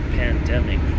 pandemic